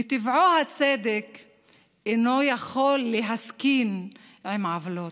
מטבעו, אינו יכול להסכין עם עוולות.